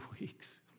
weeks